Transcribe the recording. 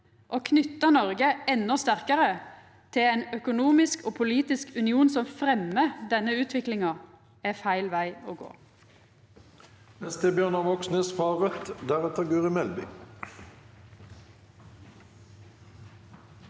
Å knyta Noreg endå sterkare til ein økonomisk og politisk union som fremjar denne utviklinga, er feil veg å gå.